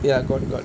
ya got got